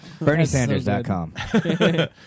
BernieSanders.com